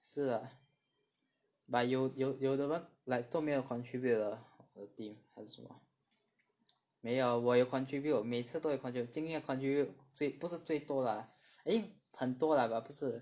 是 lah but 有有有的人 like 都没有 contribute 的没有我有 contribute 我每次都有 contribute 今天的 contribute 最不是最多 lah eh 很多 lah but 不是